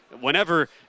whenever